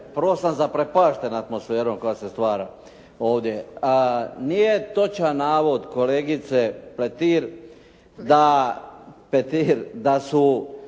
prvo sam zaprepašten atmosferom koja se stvara ovdje. Nije točan navod kolegice Pletir da,